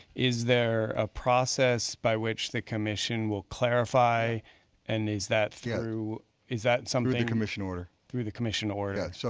is there a process by which the commission will clarify and is that through is that something through the commission order. through the commission order.